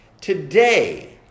Today